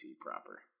proper